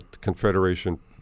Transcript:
Confederation